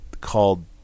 called